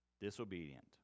disobedient